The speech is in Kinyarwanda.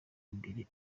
imbere